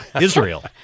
Israel